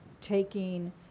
taking